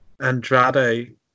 Andrade